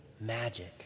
magic